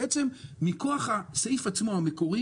בעצם מכוח הסעיף המקורי,